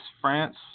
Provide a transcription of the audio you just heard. France